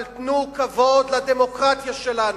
אבל תנו כבוד לדמוקרטיה שלנו,